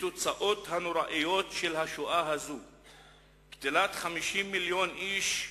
התוצאות הנוראיות של השואה הזו הן קטילת 50 מיליון איש,